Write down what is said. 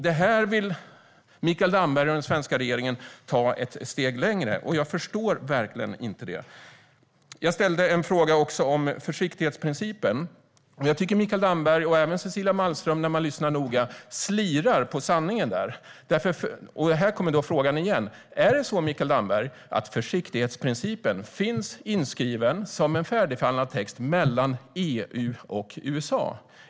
Det här vill Mikael Damberg och den svenska regeringen ta ett steg längre, och jag förstår verkligen inte det. Jag ställde också en fråga om försiktighetsprincipen. Jag tycker att Mikael Damberg och även Cecilia Malmström, när man lyssnar noga, slirar på sanningen där. Här kommer då frågan igen: Är det så, Mikael Damberg, att försiktighetsprincipen finns inskriven som en färdigförhandlad text mellan EU och USA?